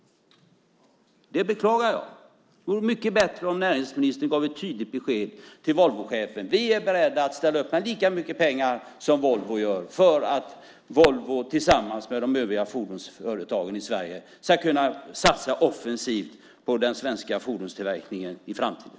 Det beklagar jag. Det vore mycket bättre om näringsministern gav ett tydligt besked till Volvochefen: Vi är beredda att ställa upp med lika mycket pengar som Volvo gör för att Volvo tillsammans med de övriga fordonsföretagen i Sverige ska kunna satsa offensivt på den svenska fordonstillverkningen i framtiden.